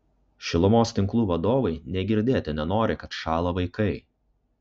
šilumos tinklų vadovai nė girdėti nenori kad šąla vaikai